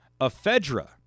ephedra